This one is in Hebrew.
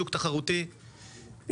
שוק תחרותי,